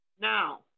Now